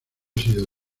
sido